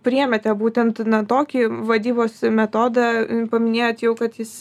priėmėte būtent na tokį vadybos metodą paminėjot jau kad jis